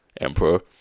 Emperor